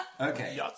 Okay